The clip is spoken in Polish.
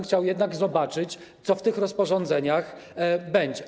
Chciałbym jednak zobaczyć, co w tych rozporządzeniach będzie.